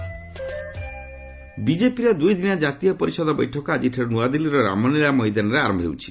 BJP national ବିଜେପିର ଦୁଇଦିନିଆ କାତୀୟ ପରିଷଦ ବୈଠକ ଆଜିଠାରୁ ନ୍ତଆଦିଲ୍ଲୀର ରାମଲୀଳା ମଇଦାନ୍ରେ ଆରମ୍ଭ ହେଉଛି